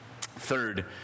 Third